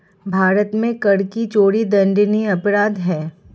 भारत में कर की चोरी दंडनीय अपराध है